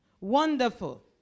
Wonderful